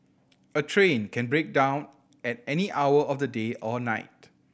a train can break down at any hour of the day or night